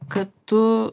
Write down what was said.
kad tu